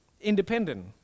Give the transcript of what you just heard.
independent